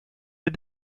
mes